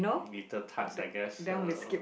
bitter types I guess uh